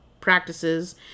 practices